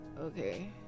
okay